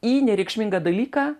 į nereikšmingą dalyką